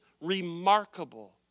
remarkable